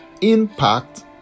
impact